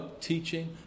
teaching